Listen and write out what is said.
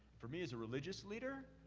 for me as a religious leader,